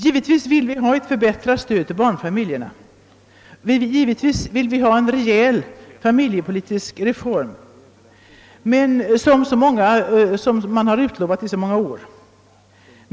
Givetvis vill vi ha ett förbättrat stöd till barnfamiljerna genom en rejäl familjepolitisk reform, som under så många år har utlovats.